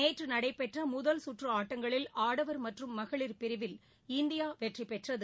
நேற்று நடைபெற்ற முதல் கற்று ஆட்டங்களில் ஆடவர் மற்றும் மகளிர் பிரிவில் இந்தியா வெற்றிபெற்றது